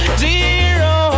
zero